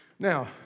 Now